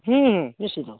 ହୁଁ ହୁଁ ନିଶ୍ଚିତ